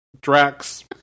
drax